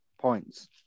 Points